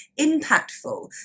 impactful